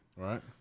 Right